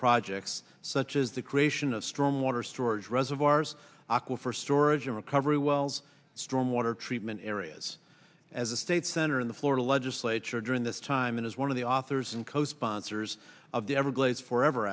projects such as the creation of storm water storage reservoirs aquifer storage and recovery wells strong water treatment areas as state senator in the florida legislature during this time is one of the authors and co sponsors of the everglades forever